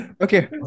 Okay